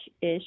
ish